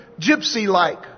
gypsy-like